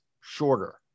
shorter